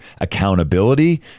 accountability